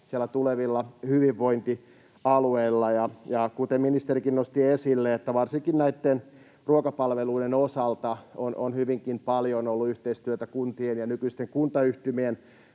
tulevilla hyvinvointialueilla. Kuten ministerikin nosti esille, varsinkin näitten ruokapalveluiden osalta on hyvinkin paljon ollut yhteistyötä kuntien ja nykyisten kuntayhtymien